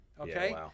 Okay